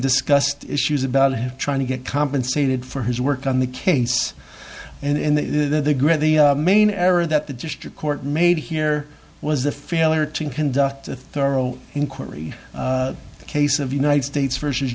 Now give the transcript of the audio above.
discussed issues about trying to get compensated for his work on the case and the main area that the district court made here was the failure to conduct a thorough inquiry the case of united states vers